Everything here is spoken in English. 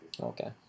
Okay